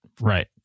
right